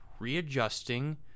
readjusting